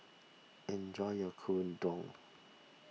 enjoy your Gyudon